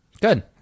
good